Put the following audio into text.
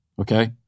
okay